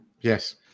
yes